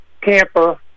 camper